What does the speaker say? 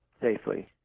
safely